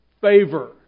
favor